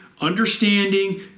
understanding